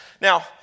Now